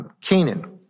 Canaan